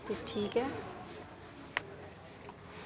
ते ठीक ऐ